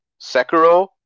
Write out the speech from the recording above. Sekiro